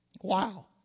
Wow